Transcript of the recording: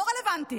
לא רלוונטי.